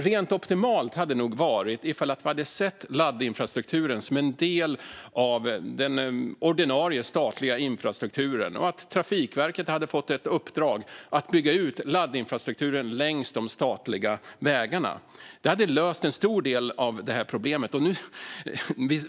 Det optimala hade nog varit ifall vi hade sett laddinfrastrukturen som en del av den ordinarie statliga infrastrukturen och Trafikverket hade fått ett uppdrag att bygga ut laddinfrastrukturen längs de statliga vägarna. Det hade löst en stor del av problemet.